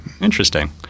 Interesting